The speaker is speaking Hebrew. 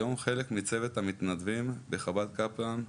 היום חלק מצוות המתנדבים בחב"ד קפלן,